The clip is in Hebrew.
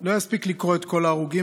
לא אספיק לקרוא את כל ההרוגים.